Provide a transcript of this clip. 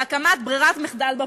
להקמת ברירת מחדל בפנסיה.